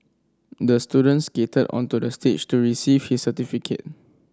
the student skated onto the stage to receive his certificate